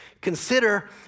Consider